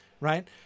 right